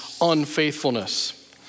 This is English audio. unfaithfulness